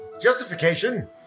justification